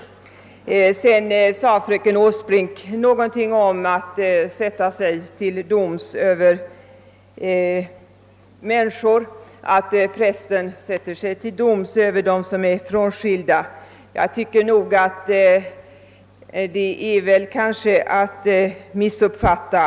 Fröken Åsbrink talade om att prästen sätter sig till doms över frånskilda människor. Jag tycker att det är att missuppfatta.